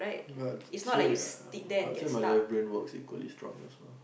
but ya I'll say my left brain works equally strong also